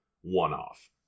one-off